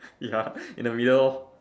ya in the middle